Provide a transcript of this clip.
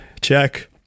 check